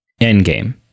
endgame